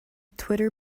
twitter